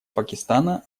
пакистана